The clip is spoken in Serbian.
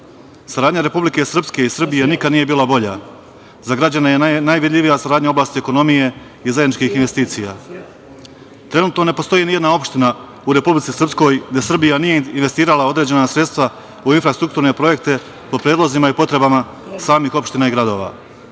evra. Saradnja Republike Srpske i Srbije nikada nije bila bolja. Za građane je najvidljivija saradnja u oblasti ekonomije i zajedničkih investicija. Trenutno ne postoji nijedna opština u Republici Srpskoj gde Srbija nije investirala određena sredstva u infrastrukturne projekte po predlozima i potrebama samih opština i gradova.